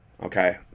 Okay